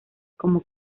como